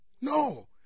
No